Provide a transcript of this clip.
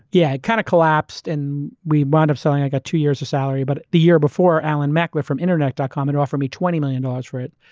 yeah. it kind of collapsed and we wound up selling. i got two years of salary. but the year before, alan mac went from internet. ah com and offered me twenty million dollars for it.